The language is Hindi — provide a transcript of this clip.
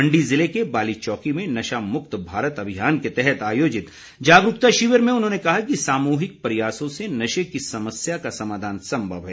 मण्डी ज़िले के बालीचौकी में नशा मुक्त भारत अभियान के तहत आयोजित जागरूकता शिविर में उन्होंने कहा कि सामूहिक प्रयासों से नशे की समस्या का समाधान संभव है